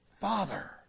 Father